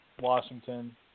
Washington